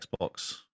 Xbox